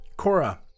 Cora